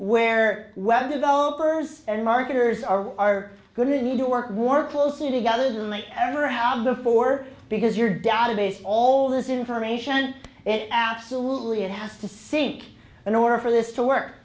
where web developers and marketers are going to need to work more closely together than they ever have before because your data base all this information it absolutely has to sink in order for this to work